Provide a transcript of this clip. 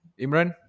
Imran